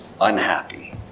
unhappy